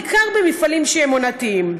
בעיקר במפעלים שהם עונתיים.